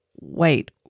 wait